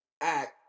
act